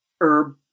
herb